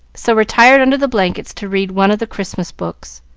so retired under the blankets to read one of the christmas books.